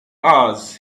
hours